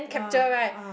capture right